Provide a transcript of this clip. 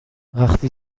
وقتی